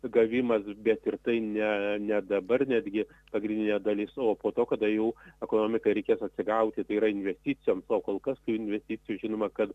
gavimas bet ir tai ne ne dabar netgi pagrindinė dalis o po to kada jau ekonomikai reikės atsigauti tai yra investicijoms o kol kas tų investicijų žinoma kad